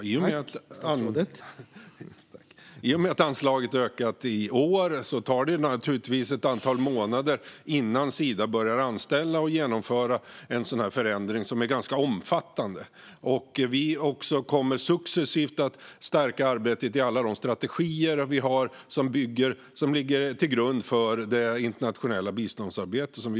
Herr talman! I och med att anslaget ökar i år tar det naturligtvis ett antal månader innan Sida börjar anställa och kan genomföra en sådan ganska omfattande förändring. Vi kommer också successivt att stärka arbetet i alla de strategier som vi har och som ligger till grund för vårt internationella biståndsarbete.